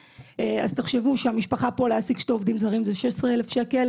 אז תחשבו שבשביל המשפחה פה להעסיק שני עובדים זרים זה 16,000 שקלים,